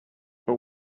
but